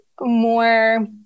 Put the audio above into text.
more